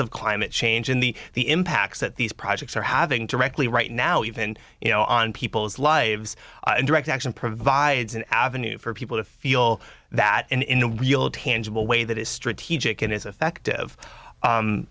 of climate change in the the impacts that these projects are having to regularly right now even you know on people's lives and direct action provides an avenue for people to feel that in a real tangible way that is strategic and as effective